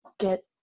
get